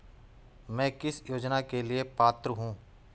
मैं किस योजना के लिए पात्र हूँ?